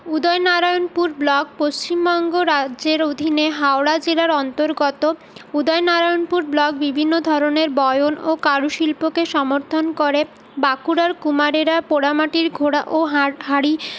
Udaynarayanpur block Paschimbanga রাজ্যের অধীনে হাওড়া জেলার অন্তর্গত উদয়নারায়ণপুর ব্লক বিভিন্ন ধরনের বয়ন ও কারুশিল্পকে সমর্থন করে বাঁকুড়ার কুমারেরা পোড়া মাটির ঘোড়া ও হাঁ হাঁড়ি